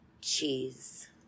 cheese